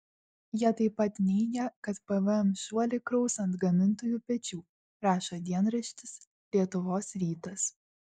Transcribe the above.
jie taip pat neigia kad pvm šuolį kraus ant gamintojų pečių rašo dienraštis lietuvos rytas